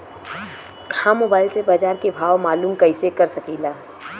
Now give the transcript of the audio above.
हम मोबाइल से बाजार के भाव मालूम कइसे कर सकीला?